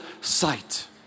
sight